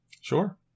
Sure